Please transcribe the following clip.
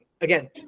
again